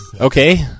Okay